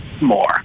more